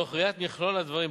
תוך ראיית מכלול הדברים,